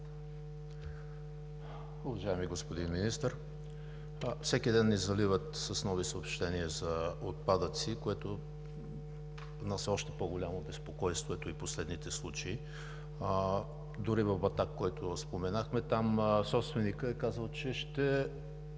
Уважаеми господин Министър, всеки ден ни заливат с нови съобщения за отпадъци, което носи още по-голямо безпокойство. Ето и последните случаи! Дори в Батак, за който споменахме, там собственикът е казал, че ще